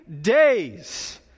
days